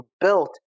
built